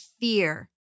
fear